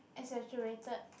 exaggerated